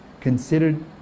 considered